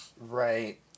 Right